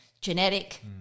genetic